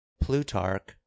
Plutarch